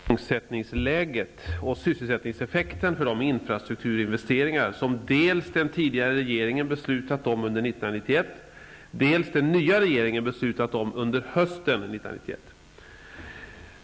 Fru talman! Georg Andersson har frågat mig om jag är beredd att redovisa igångsättningsläget och sysselsättningseffekten för de infrastrukturinvesteringar som dels den tidigare regeringen beslutat om under 1991, dels den nya regeringen beslutat om under hösten 1991.